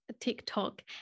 TikTok